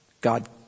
God